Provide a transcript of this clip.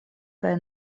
kaj